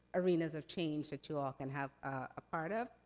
arenas of change, that you all can have a part of.